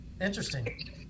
Interesting